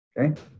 Okay